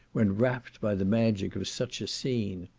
when rapt by the magic of such a scene.